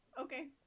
Okay